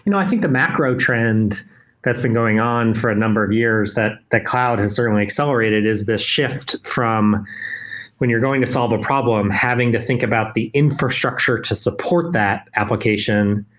you know i think the macro trend that's been going on for a number of years that cloud has certainly accelerated is the shift from when you're going to solve a problem, having to think about the infrastructure to support that application.